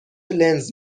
لنز